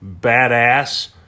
badass